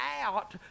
out